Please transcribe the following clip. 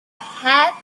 heap